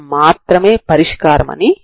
కాబట్టి దీనిని మీరు y గా వ్రాస్తారు